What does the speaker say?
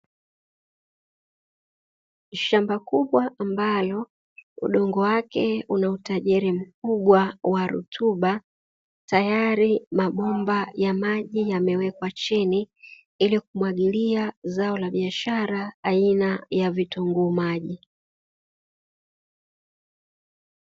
Shamba kubwa ambalo udongo wake una utajiri mkubwa wa rutuba, tayari mabomba ya maji yamewekwa chini ili kumwagilia zao la biashara aina ya vitunguu maji.